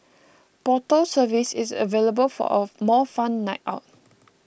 bottle service is available for a more fun night out